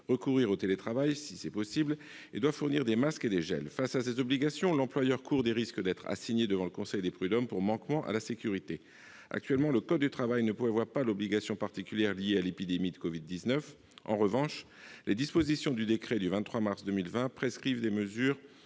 recourir au télétravail si c'est possible et fournir des masques et des gels. Face à ces obligations, l'employeur court des risques d'être assigné devant le conseil des prud'hommes pour manquement à la sécurité. Actuellement, le code du travail ne prévoit pas d'obligation particulière liée à l'épidémie de Covid-19. En revanche, les dispositions du décret du 23 mars 2020 prescrivant les mesures